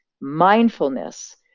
mindfulness